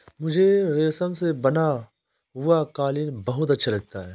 मुझे रेशम से बना हुआ कालीन बहुत अच्छा लगता है